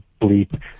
bleep